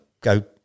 go